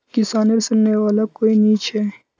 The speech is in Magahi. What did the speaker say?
किसानेर सुनने वाला कोई नी छ